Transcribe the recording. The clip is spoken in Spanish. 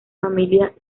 familia